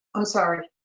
oh, sorry.